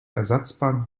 ersatzbank